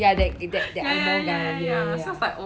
ya that that that ang moh guy ya ya ya